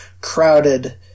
crowded